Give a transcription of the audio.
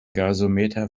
gasometer